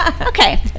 Okay